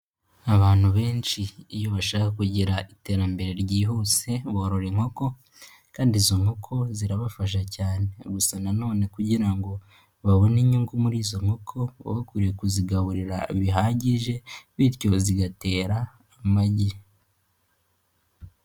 Abantu benshi iyo bashaka kugira iterambere ryihuse borora inkoko kandi izo nkoko zirabafasha cyane gusa nanone kugira ngo babone inyungu muri izo nkoko bakwiye kuzigaburira bihagije bityo zigatera amagi.